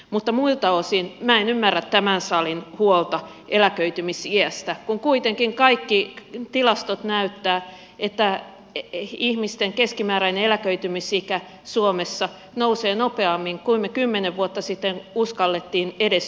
mutta muilta osin minä en ymmärrä tämän salin huolta eläköitymisiästä kun kuitenkin kaikki tilastot näyttävät että ihmisten keskimääräinen eläköitymisikä suomessa nousee nopeammin kuin me kymmenen vuotta sitten uskalsimme edes toivoa